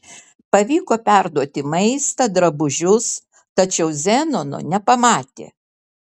pavyko perduoti maistą drabužius tačiau zenono nepamatė